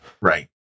right